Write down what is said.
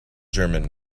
german